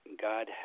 God